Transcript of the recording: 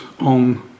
on